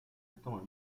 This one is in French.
attend